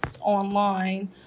online